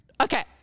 Okay